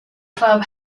club